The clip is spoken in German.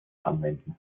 anwenden